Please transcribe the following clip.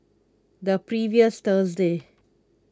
the previous Thursday